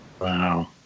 Wow